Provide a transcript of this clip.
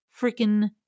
freaking